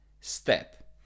step